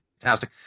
fantastic